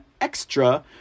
extra